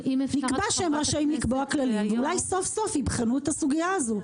נקבע שהם רשאים לקבוע כללים ואולי סוף-סוף יבחנו את הסוגיה הזו.